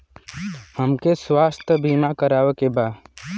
हमके स्वास्थ्य बीमा करावे के बा?